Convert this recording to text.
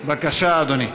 בבקשה, אדוני.